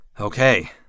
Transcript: Okay